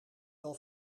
wel